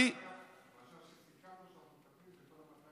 עכשיו שסיכמנו שאנחנו מטפלים בכל ה-200,